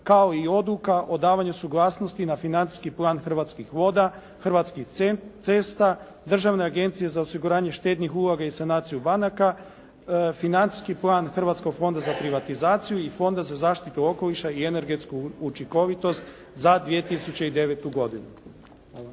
kao i odluka o davanju suglasnosti na financijski plan Hrvatskih voda, Hrvatskih cesta, Državne agencije za osiguranje štednih uloga i sanaciju banaka, Financijskih plan Hrvatskog fonda za privatizaciju i Fonda za zaštitu okoliša i energetsku učinkovitost za 2009. godinu.